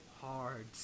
hard